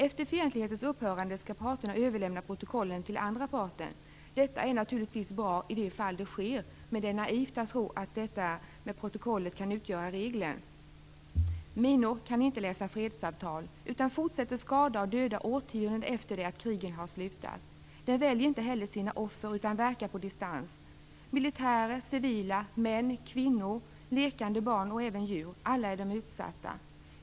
Efter fientlighetens upphörande skall parterna överlämna protokollen till andra parten. Detta är naturligtvis bra i de fall det sker, men det är naivt att tro att protokollet utgör regel. Minor kan inte läsa fredsavtal utan fortsätter att skada och döda årtionden efter det att krigen har slutat. De väljer inte heller sina offer, utan verkar på distans. Militärer, civila, män, kvinnor, lekande barn och även djur. Alla är de utsatta.